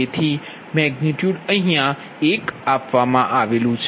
તેથી મેગનિટયુડ 1 છે